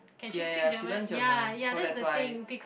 ya ya she learn German so that's why